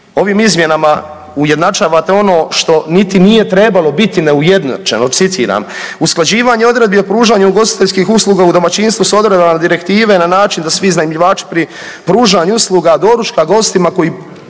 Ovim izmjenama ujednačavate ono što niti nije trebalo biti neujednačeno. Citiram, usklađivanje odredbi o pružanju ugostiteljskih usluga u domaćinstvu s odredbama direktive na način da svi iznajmljivači pri pružanju usluga doručka gostima koji